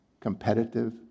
competitive